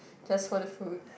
just for the food